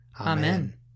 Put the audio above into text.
Amen